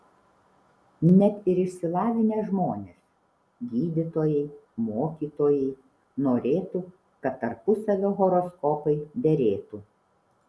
net ir išsilavinę žmonės gydytojai mokytojai norėtų kad tarpusavio horoskopai derėtų